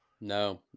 No